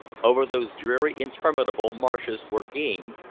over those dreary interminable marshes where game,